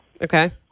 Okay